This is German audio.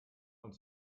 und